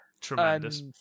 tremendous